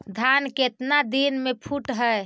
धान केतना दिन में फुट है?